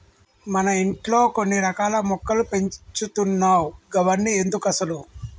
మన ఇంట్లో కొన్ని రకాల మొక్కలు పెంచుతున్నావ్ గవన్ని ఎందుకసలు